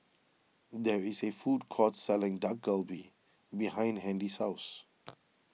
there is a food court selling Dak Galbi behind Handy's house